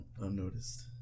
unnoticed